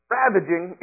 ravaging